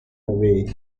away